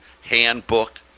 handbook